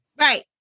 Right